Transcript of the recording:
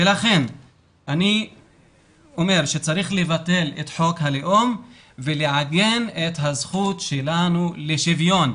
ולכן אני אומר שצריך לבטל את חוק הלאום ולעגן את הזכות שלנו לשוויון.